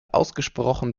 ausgesprochen